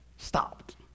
stopped